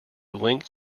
linked